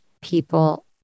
people